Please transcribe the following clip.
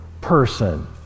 person